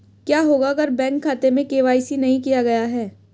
क्या होगा अगर बैंक खाते में के.वाई.सी नहीं किया गया है?